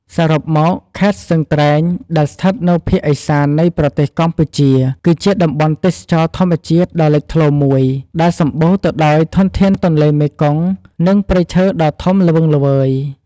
សរុបមក ខេត្តស្ទឹងត្រែង ដែលស្ថិតនៅភាគឦសាននៃប្រទេសកម្ពុជា គឺជាតំបន់ទេសចរណ៍ធម្មជាតិដ៏លេចធ្លោមួយ ដែលសម្បូរទៅដោយធនធានទន្លេមេគង្គ និងព្រៃឈើដ៏ធំល្វឹងល្វើយ។